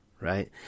right